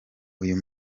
uyu